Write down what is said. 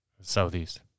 Southeast